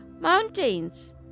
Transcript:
Mountains